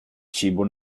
cibo